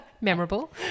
memorable